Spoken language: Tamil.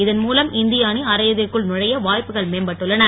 இதன் மூலம் இந்திய அணி அரையிறுதிக்குள் நுழைய வாய்ப்புகள் மேம்பட்டுள்ளன